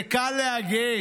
זה קל להגיד,